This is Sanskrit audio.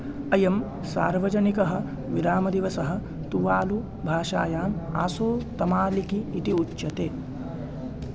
अयं सार्वजनिकः विरामदिवसः तुवालु भाषायाम् आसो तमालिकी इति उच्यते